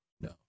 No